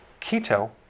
Keto